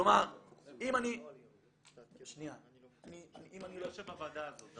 כלומר אם אני --- אני יושב בוועדה הזאת,